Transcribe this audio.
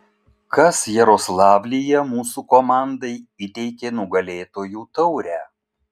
kas jaroslavlyje mūsų komandai įteikė nugalėtojų taurę